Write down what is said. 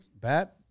bat